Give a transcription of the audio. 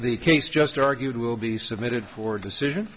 the case just argued will be submitted for decision